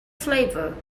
flavor